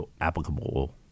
applicable